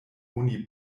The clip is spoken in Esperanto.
oni